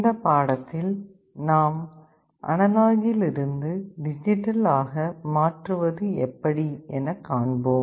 இந்த பாடத்தில் நாம் அனலாக்கில் இருந்து டிஜிட்டல் ஆக மாற்றுவது எப்படி என காண்போம்